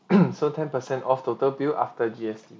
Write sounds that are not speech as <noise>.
<coughs> so ten percent off total bill after G_S_T